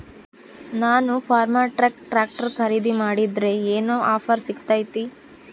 ನಾನು Farmtrac tractor ಖರೇದಿ ಮಾಡಿದ್ರೆ ಏನು ಆಫರ್ ಸಿಗ್ತೈತಿ?